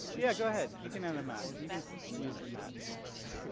yeah, go ahead. looking at the map, you can use the map.